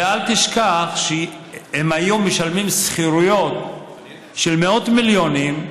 ואל תשכח שהם היו משלמים שכירויות של מאות מיליונים,